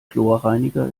chlorreiniger